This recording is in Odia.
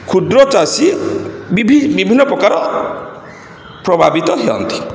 କ୍ଷୁଦ୍ର ଚାଷୀ ବିଭିନ୍ନପ୍ରକାର ପ୍ରଭାବିତ ହୁଅନ୍ତି